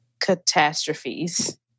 catastrophes